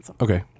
Okay